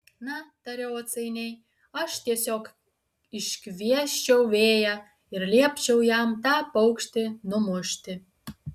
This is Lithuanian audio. na tariau atsainiai aš tiesiog iškviesčiau vėją ir liepčiau jam tą paukštį numušti